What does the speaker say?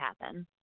happen